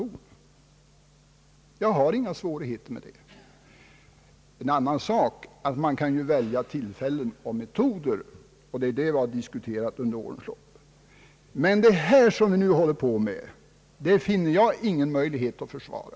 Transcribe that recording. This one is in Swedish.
En annan sak är att man bör välja rätt tillfälle och rätt metod. Det är vad vi har diskuterat under årens lopp. Det vi nu sysslar med finner jag däremot ingen möjlighet att försvara.